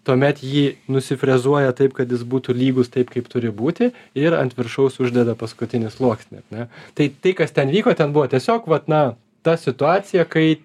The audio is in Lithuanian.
tuomet jį nusifrezuoja taip kad jis būtų lygus taip kaip turi būti ir ant viršaus uždeda paskutinį sluoksnį ar ne tai tai kas ten vyko ten buvo tiesiog vat na ta situacija kai